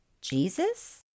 Jesus